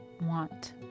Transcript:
want